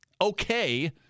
okay